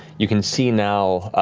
you can see now